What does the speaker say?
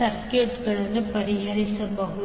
ಸರ್ಕ್ಯೂಟ್ಗಳನ್ನು ಪರಿಹರಿಸಬಹುದು